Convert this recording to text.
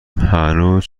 هنوز